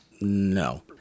No